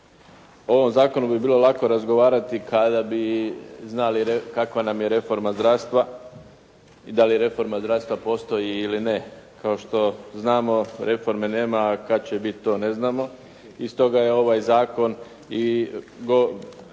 o ovom zakonu bi bilo lako razgovarati kada bi znali kakva nam je reforma zdravstva i da li reforma zdravstva postoji ili ne. Kao što znamo reforme nema a kada će biti to ne znamo. I stoga je ovaj zakon i